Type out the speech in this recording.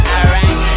Alright